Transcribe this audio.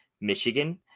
Michigan